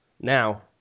now